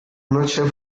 noche